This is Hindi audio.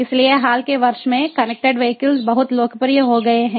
इसलिए हाल के वर्षों में कनेक्टेड वीहिकल बहुत लोकप्रिय हो गए हैं